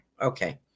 Okay